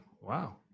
Wow